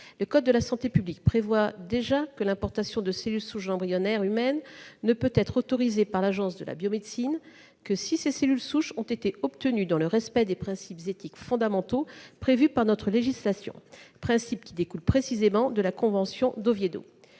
le code de la santé publique prévoit déjà que l'importation de ces cellules souches ne peut être autorisée par l'Agence de la biomédecine que si elles ont été obtenues dans le respect des principes éthiques fondamentaux prévus par notre législation, principes qui découlent précisément de la convention d'Oviedo.